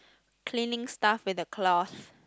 cleaning stuff with the cloth